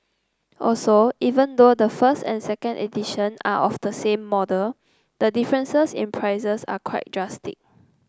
also even though the first and second edition are of the same model the differences in prices are quite drastic